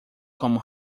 como